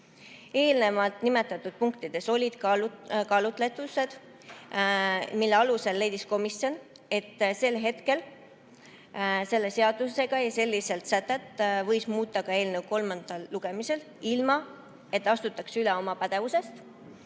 Eelnevalt nimetatud punktides olid kaalutlused, mille alusel komisjon leidis, et sel hetkel selle seadusega ja sellist sätet võis muuta ka eelnõu kolmandal lugemisel, ilma et astutaks üle oma pädevusest.